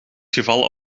gevallen